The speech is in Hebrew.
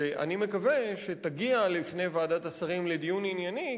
שאני מקווה שתגיע לוועדת השרים לדיון ענייני,